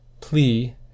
plea